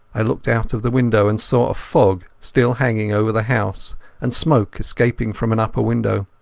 i looked out of the window and saw a fog still hanging over the house and smoke escaping from an upper window.